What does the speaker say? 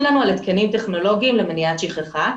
לנו על התקנים טכנולוגיים למניעת שכחה.